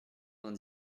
vingt